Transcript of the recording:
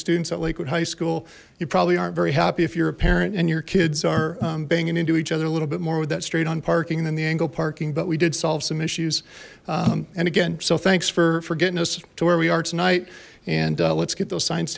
students at lakewood high school you probably aren't very happy if you're a parent and your kids are banging into each other a little bit more with that straight on parking and then the angle parking but we did solve some issues and again so thanks for for getting us to where we are tonight and let's get those s